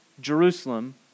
Jerusalem